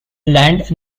land